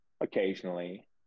occasionally